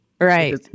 Right